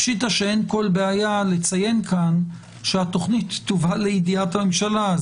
פשיטתא שאין כל בעיה לציין פה שהתוכנית תובא לידיעת הממשלה.